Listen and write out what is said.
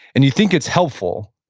and you think it's helpful,